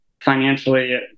financially